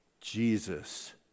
Jesus